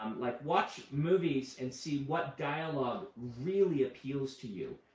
um like watch movies and see what dialogue really appeals to you